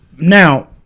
Now